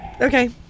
Okay